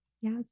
Yes